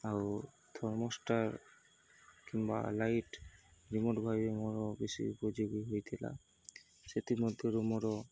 ଆଉ ଥର୍ମଷ୍ଟାର କିମ୍ବା light remote ଭାବେ ମୋର ବେଶୀ ଉପଯୋଗୀ ହୋଇଥିଲା ସେଥିମଧ୍ୟରୁ ମୋର